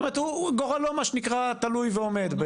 גורלו תלוי ועומד.